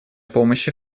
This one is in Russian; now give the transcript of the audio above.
помощи